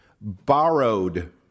borrowed